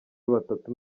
batatu